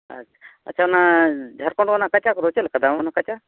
ᱟᱪᱪᱷᱟ ᱟᱪᱪᱷᱟ ᱚᱱᱟ ᱡᱷᱟᱲᱠᱷᱚᱱ ᱚᱱᱟ ᱠᱟᱪᱟ ᱠᱚᱫᱚ ᱪᱮᱫ ᱞᱮᱠᱟ ᱫᱟᱢ ᱚᱱᱟ ᱚᱱᱟ ᱠᱟᱪᱟ